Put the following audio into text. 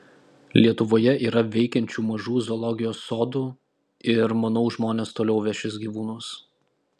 lietuvoje yra veikiančių mažų zoologijos sodų ir manau žmonės toliau vešis gyvūnus